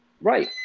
right